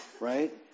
right